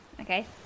Okay